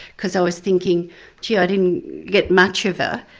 because i was thinking gee, i didn't get much of her,